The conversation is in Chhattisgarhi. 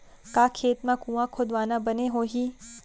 का खेत मा कुंआ खोदवाना बने होही?